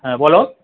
হ্যাঁ বলো